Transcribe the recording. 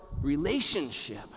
relationship